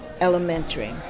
Elementary